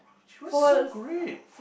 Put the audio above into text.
oh she was so great